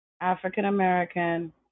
African-American